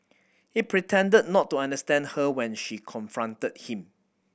he pretended not to understand her when she confronted him